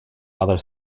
other